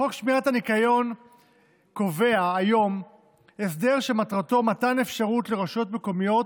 חוק שמירת הניקיון קובע היום הסדר שמטרתו מתן אפשרות לרשויות מקומיות